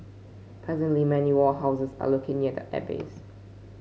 presently many warehouses are located near the airbase